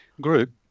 group